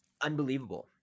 unbelievable